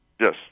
Yes